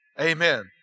Amen